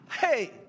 hey